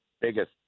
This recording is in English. biggest